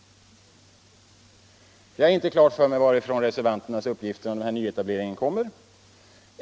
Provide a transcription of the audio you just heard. Jag har inte klart för mig varifrån reservanternas uppgifter om denna nyetablering kommer.